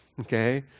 Okay